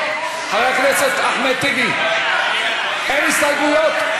חבר הכנסת אחמד טיבי, אין הסתייגויות?